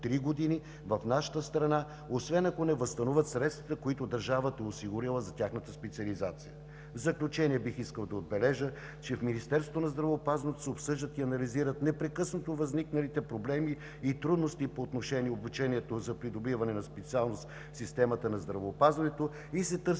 период от време – три години в нашата страна, освен ако не възстановят средствата, които държавата е осигурила за тяхната специализация. В заключение бих искал да отбележа, че в Министерството на здравеопазването се обсъждат и анализират непрекъснато възникналите проблеми и трудности по отношение обучението за придобиване на специалност в системата на здравеопазването и се търсят